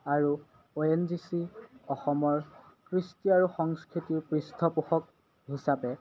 আৰু O N G C অসমৰ কৃষ্টি আৰু সংস্কৃতিৰ পৃষ্ঠপোষক হিচাপে